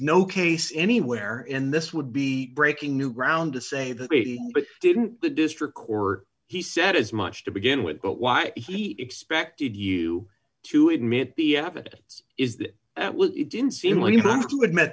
no case anywhere in this would be breaking new ground to say that meeting but didn't the district court he said as much to begin with but why he expected you to admit the evidence is that it didn't seem like even to admit